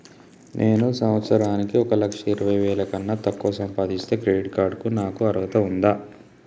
నేను సంవత్సరానికి ఒక లక్ష ఇరవై వేల కన్నా తక్కువ సంపాదిస్తే క్రెడిట్ కార్డ్ కు నాకు అర్హత ఉందా?